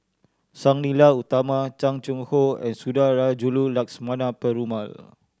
Sang Nila Utama Chan Chang How and Sundarajulu Lakshmana Perumal